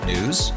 News